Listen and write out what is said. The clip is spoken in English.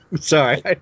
Sorry